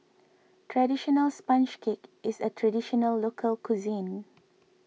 Traditional Sponge Cake is a Traditional Local Cuisine